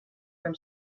dem